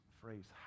phrase